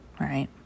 right